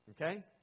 Okay